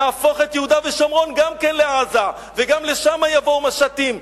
נהפוך את יהודה ושומרון גם כן לעזה וגם לשם יבואו משטים.